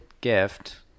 gift